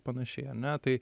panašiai ane tai